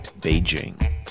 Beijing